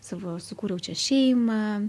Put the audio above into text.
savo sukūriau čia šeimą